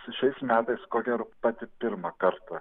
su šiais metais ko gero patį pirmą kartą